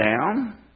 down